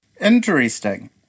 Interesting